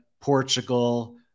Portugal